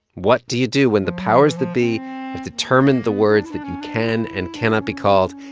what do you do when the powers that be have determined the words that you can and cannot be called,